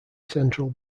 central